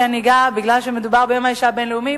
מכיוון שמדובר ביום האשה הבין-לאומי,